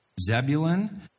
Zebulun